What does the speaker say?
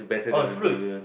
oh fruit